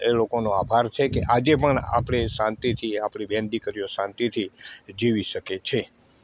એ લોકોનો આભાર છે કે આજે પણ આપણે શાંતિથી આપણી બેન દીકરીઓ શાંતિથી જીવી શકે છે